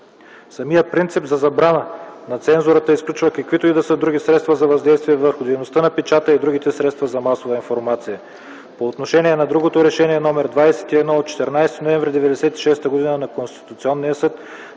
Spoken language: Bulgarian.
Самият принцип за забрана на цензурата изключва каквито и да са други средства за въздействие върху дейността на печата и другите средства за масова информация. По отношение на другото Решение № 21 от 14 ноември 1996 г. на Конституционния съд